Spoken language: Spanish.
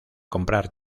comprar